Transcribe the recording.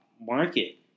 market